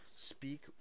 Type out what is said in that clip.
speak